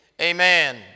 Amen